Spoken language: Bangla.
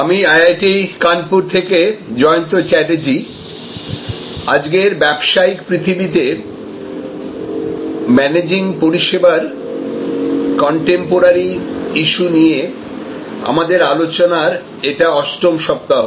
আমি আইআইটি কানপুর থেকে জয়ন্ত চ্যাটার্জী আজকের ব্যবসায়িক পৃথিবীতে ম্যানেজিং পরিষেবার কনটেম্পোরারি ইস্যু নিয়ে আমাদের আলোচনার এটা অষ্টম সপ্তাহ